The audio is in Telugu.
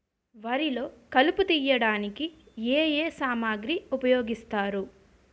వరిలో కలుపు తియ్యడానికి ఏ ఏ సామాగ్రి ఉపయోగిస్తారు?